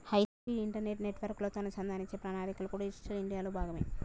high speed internet నెట్వర్క్లతో అనుసంధానించే ప్రణాళికలు కూడా డిజిటల్ ఇండియాలో భాగమే